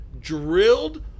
drilled